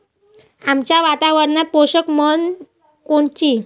आमच्या वातावरनात पोषक म्हस कोनची?